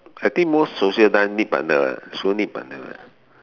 I think most social dance need partner lah sure need partner